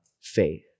faith